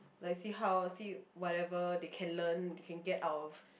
like see how see whatever they can learn they can get of